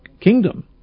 kingdom